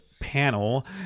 panel